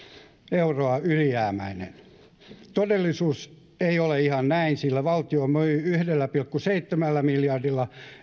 euroa ylijäämäinen todellisuus ei ole ihan näin sillä valtio myi yhdellä pilkku seitsemällä miljardilla